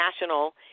national